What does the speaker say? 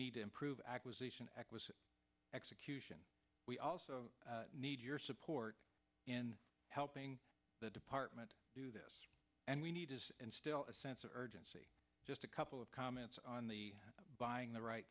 need to improve acquisition aqua's execution we also need your support in helping the department do this and we need to instill a sense of urgency just a couple of comments on the buying the right